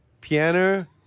Pianer